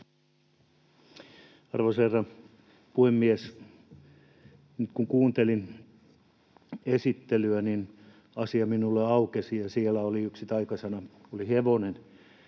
Arvoisa herra puhemies! Nyt kun kuuntelin esittelyä, niin asia minulle aukesi, ja siellä oli yksi taikasana, hevonen,